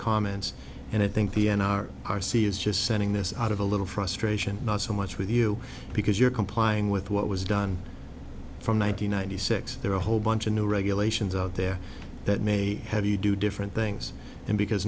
comments and i think the n r r c is just sending this out of a little frustration not so much with you because you're complying with what was done from one thousand nine hundred six there are a whole bunch of new regulations out there that may have you do different things and because